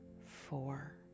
four